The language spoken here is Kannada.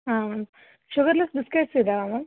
ಹಾಂ ಮ್ಯಾಮ್ ಶುಗರ್ಲೆಸ್ ಬಿಸ್ಕೆಟ್ಸ್ ಇದಾವ ಮ್ಯಾಮ್